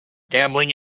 gambling